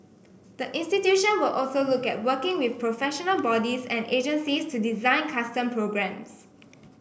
the institution will also look at working with professional bodies and agencies to design custom programmes